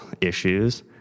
issues